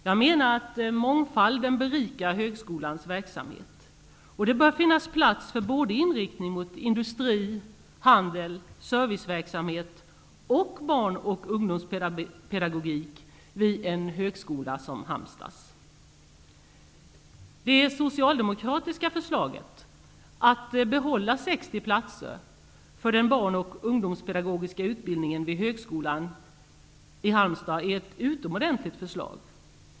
Jag menar att mångfalden berikar högskolans verksamhet. Det bör finnas plats för både inriktning mot industri, handel, serviceverksamhet och barn och ungdomspedagogik vid en högskola som Halmstads. platser för den barn och ungdomspedagogiska utbildningen vid högskolan i Halmstad är ett utomordentligt förslag.